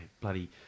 Bloody